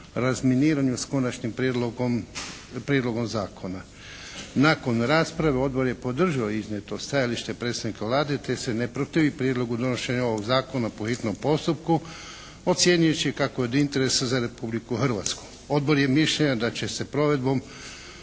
razminiranju s konačnim prijedlogom zakona. Nakon rasprave odbor je podržao iznijeto stajalište predsjednika Vlade te se ne protivi prijedlogu donošenja ovog zakona po hitnom postupku, ocjenjujući kako je od interesa za Republiku Hrvatsku. Odbor je mišljenja da će se provedbom